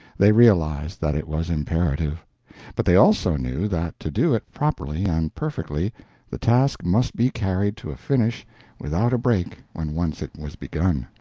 they realized that it was imperative but they also knew that to do it properly and perfectly the task must be carried to a finish without a break when once it was begun.